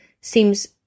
seems